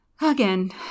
again